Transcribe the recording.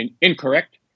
incorrect